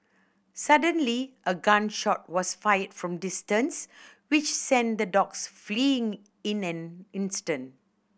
suddenly a gun shot was fired from distance which sent the dogs fleeing in an instant